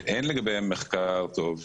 שאין לגביהם מחקר טוב,